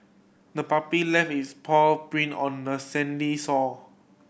the puppy left its paw print on the sandy shore